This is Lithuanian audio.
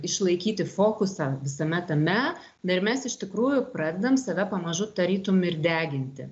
išlaikyti fokusą visame tame na ir mes iš tikrųjų pradedam save pamažu tarytum ir deginti